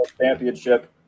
championship